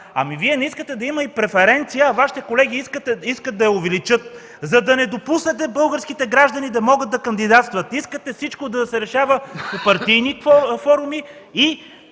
ами Вие не искате да има и преференция, а Вашите колеги искат да я увеличат, за да не допуснете българските граждани да могат да кандидатстват. Искате всичко да се решава по партийни форуми и